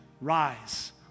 rise